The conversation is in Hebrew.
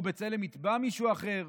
או שבצלם יתבע מישהו אחר,